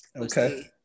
Okay